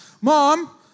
Mom